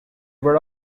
were